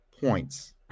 points